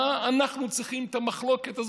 מה אנחנו צריכים את המחלוקת הזאת,